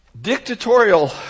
Dictatorial